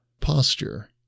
posture